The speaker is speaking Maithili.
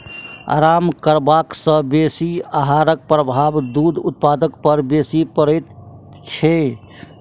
आराम करबा सॅ बेसी आहारक प्रभाव दूध उत्पादन पर बेसी पड़ैत छै